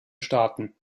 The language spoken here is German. starten